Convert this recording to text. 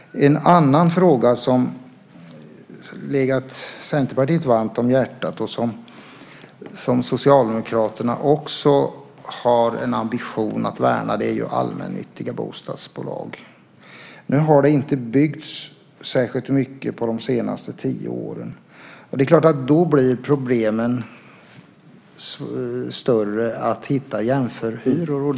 En annan fråga som legat Centerpartiet varmt om hjärtat och som Socialdemokraterna också har en ambition att värna är allmännyttiga bostadsbolag. Nu har det inte byggts särskilt mycket på de senaste tio åren. Då blir problemen större att hitta jämförande hyror.